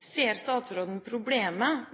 Ser statsråden problemet